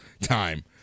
time